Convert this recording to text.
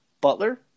Butler